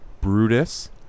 Brutus